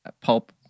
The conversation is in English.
pulp